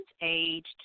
aged